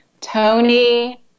Tony